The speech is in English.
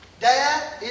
Dad